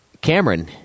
Cameron